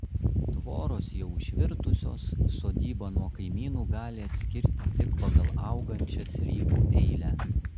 tvoros jau išvirtusios sodybą nuo kaimynų gali atskirti tik pagal augančią slyvų eilę